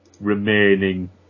remaining